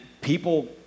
people